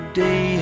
day